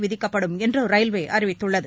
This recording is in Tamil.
விதிக்கப்படும் என்று ரயில்வே அறிவித்துள்ளது